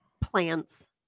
plants